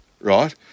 right